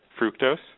fructose